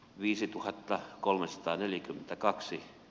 viisituhatta kolmesataaneljäkymmentäkaksi